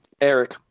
Eric